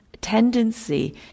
tendency